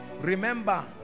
remember